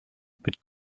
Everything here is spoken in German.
mit